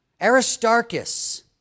Aristarchus